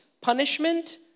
punishment